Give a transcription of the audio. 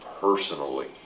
personally